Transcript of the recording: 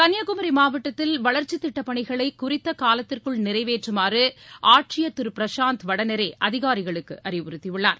கள்ளியாகுமரி மாவட்த்தில் வளர்ச்சி திட்டப் பணிகளை குறித்த காலத்திற்குள் நிறைவேற்றுமாறு ஆட்சியர் திரு பிரசாந்த் வடநேரே அதிகாரிகளுக்கு அறிவுறுத்தி உள்ளார்